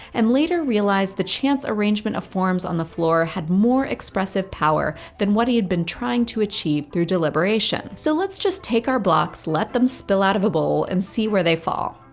and later realized the chance arrangement of forms on the floor had more expressive power than what he had been trying to achieve through deliberation. so let's just take our blocks, let them spill out of a bowl, and see where they fall.